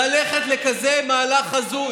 ללכת לכזה מהלך הזוי.